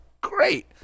Great